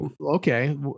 okay